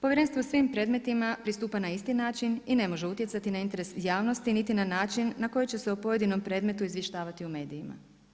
Povjerenstvo u svim predmetima pristupa na isti način i ne može utjecati na interes javnosti niti na način na koji će se o pojedinom predmetu izvještavati u medijima.